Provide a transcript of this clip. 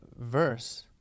verse